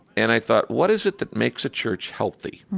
and i thought, what is it that makes a church healthy?